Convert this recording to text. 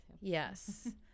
yes